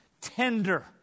tender